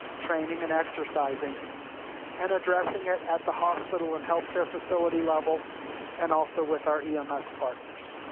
training, and exercising and addressing it at the hospital and healthcare facility level and also with our ems partners.